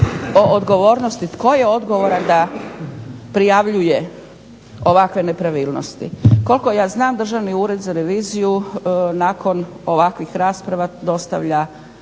o odgovornosti tko je odgovoran da prijavljuje ovakve nepravilnosti. Koliko ja znam Državni ured za reviziju nakon ovakvih rasprava dostavlja